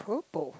purple